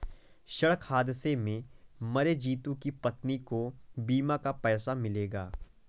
सड़क हादसे में मरे जितू की पत्नी को बीमा का पैसा मिलेगा